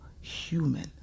human